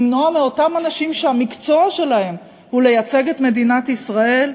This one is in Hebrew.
למנוע מאותם אנשים שהמקצוע שלהם הוא לייצג את מדינת ישראל?